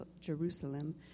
Jerusalem